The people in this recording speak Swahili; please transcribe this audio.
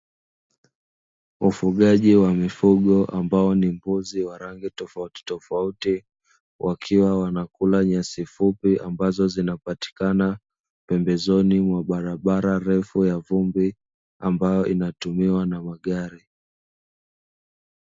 Ufugaji wa mifugo ambao ni mbuzi wa rangi tofauti tofauti wakiwa wanakula nyasi fupi ambazo zinapatikana pembezoni mwa barabara refu ya vumbi ambayo inatumiwa na magari.